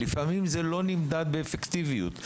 לפעמים זה לא נמדד באפקטיביות,